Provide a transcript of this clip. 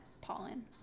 pollen